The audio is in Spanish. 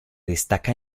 destaca